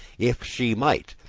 if she might,